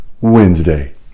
Wednesday